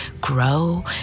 grow